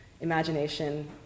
imagination